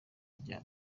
rya